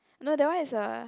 no that one is a